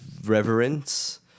Reverence